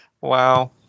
Wow